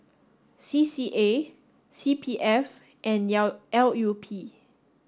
C C A C P F and L U P